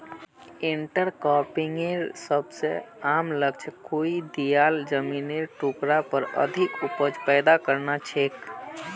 इंटरक्रॉपिंगेर सबस आम लक्ष्य कोई दियाल जमिनेर टुकरार पर अधिक उपज पैदा करना छिके